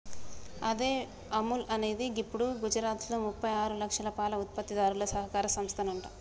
అదే అముల్ అనేది గిప్పుడు గుజరాత్లో ముప్పై ఆరు లక్షల పాల ఉత్పత్తిదారుల సహకార సంస్థనంట